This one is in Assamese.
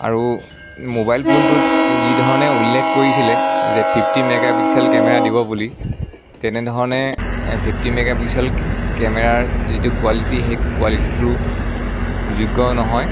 আৰু মোবাইল ফোনটোত যি ধৰণে উল্লেখ কৰিছিলে যে ফিফটিন মেগা পিক্সেল কেমেৰা দিব বুলি তেনে ধৰণে ফিফটিন মেগা পিক্সেল কেমেৰাৰ যিটো কোৱালিটি সেই কোৱালিটিটো যোগ্য নহয়